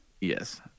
Yes